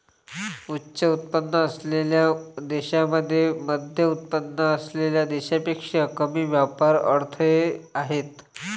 उच्च उत्पन्न असलेल्या देशांमध्ये मध्यमउत्पन्न असलेल्या देशांपेक्षा कमी व्यापार अडथळे आहेत